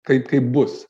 kaip kaip bus